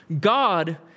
God